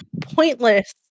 pointless